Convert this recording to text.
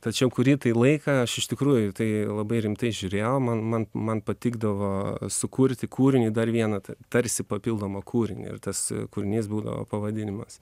tačiau kurį tai laiką aš iš tikrųjų į tai labai rimtai žiūrėjau man man man patikdavo sukurti kūrinį dar vieną ta tarsi papildomą kūrinį ir tas kūrinys būdavo pavadinimas